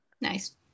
Nice